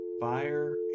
Fire